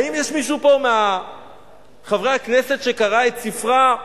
האם יש מישהו פה מחברי הכנסת שקרא את ספרה,